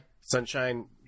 Sunshine